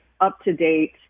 up-to-date